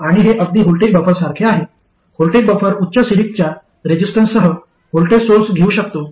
आणि हे अगदी व्होल्टेज बफरसारखे आहे व्होल्टेज बफर उच्च सिरीजच्या रेसिस्टन्ससह व्होल्टेज सोर्स घेऊ शकतो